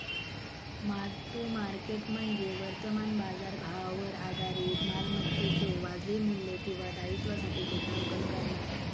mark to market म्हणजे वर्तमान बाजारभावावर आधारित मालमत्तेच्यो वाजवी मू्ल्य किंवा दायित्वासाठी लेखांकन करणा